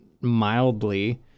mildly